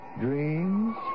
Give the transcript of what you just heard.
dreams